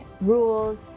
rules